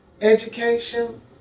education